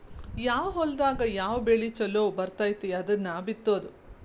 ಯಾವ ಹೊಲದಾಗ ಯಾವ ಬೆಳಿ ಚುಲೊ ಬರ್ತತಿ ಅದನ್ನ ಬಿತ್ತುದು